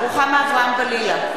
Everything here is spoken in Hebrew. רוחמה אברהם-בלילא,